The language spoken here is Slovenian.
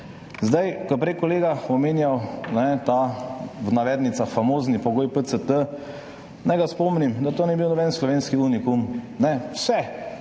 Ker je prej kolega omenjal ta v navednicah famozni pogoj PCT, ga naj spomnim, da to ni bil noben slovenski unikum. Vse